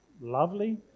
lovely